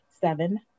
seven